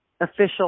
official